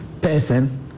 person